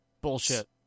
Bullshit